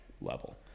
level